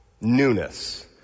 newness